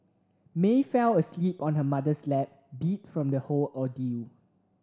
May fell asleep on her mother's lap beat from the whole ordeal